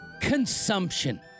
Consumption